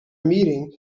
meeting